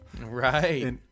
Right